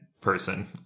person